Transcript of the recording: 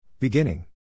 Beginning